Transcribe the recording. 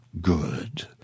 Good